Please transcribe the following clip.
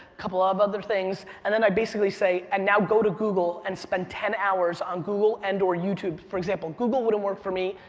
couple of other things, and then i basically say, and now go to google and spend ten hours on google and or youtube. for example, google wouldn't work for me,